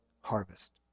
harvest